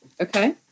Okay